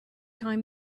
time